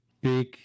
big